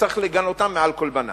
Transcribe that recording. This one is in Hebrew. וצריך לגנותן מעל כל במה.